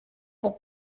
pour